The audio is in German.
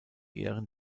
ehren